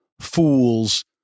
fools